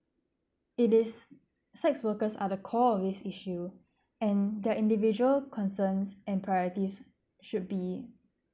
it is sex workers are the core of its issue and that individual concerns and priorities should be